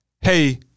hey